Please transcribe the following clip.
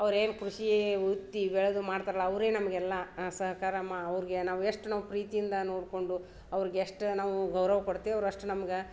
ಅವ್ರು ಏನು ಕೃಷಿ ಉತ್ತಿ ಬೆಳ್ದು ಮಾಡ್ತಾರಲ್ಲ ಅವರೇ ನಮಗೆಲ್ಲ ಸಹಕಾರ ಮಾ ಅವ್ರಿಗೆ ನಾವು ಎಷ್ಟು ನಾವು ಪ್ರೀತಿಯಿಂದ ನೋಡಿಕೊಂಡು ಅವ್ರ್ಗೆ ಎಷ್ಟು ನಾವು ಗೌರವ ಕೊಡ್ತೀವಿ ಅವ್ರು ಅಷ್ಟು ನಮ್ಗೆ